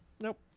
Nope